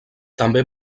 també